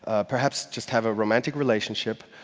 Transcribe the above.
perhaps just have a romantic relationship,